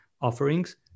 offerings